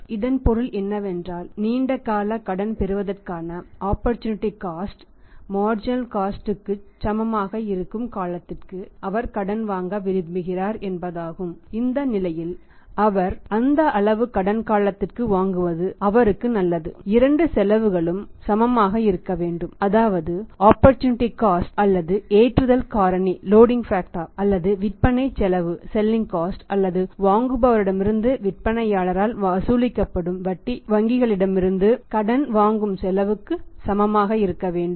எனவே இதன் பொருள் என்னவென்றால் நீண்ட கால கடன் பெறுவதற்கான ஆபர்டூநிடீ காஸ்ட் அல்லது வாங்குபவரிடமிருந்து விற்பனையாளரால் வசூலிக்கப்படும் வட்டி வங்கிகளிடமிருந்து கடன் வாங்கும் செலவுக்கு சமமாக இருக்க வேண்டும்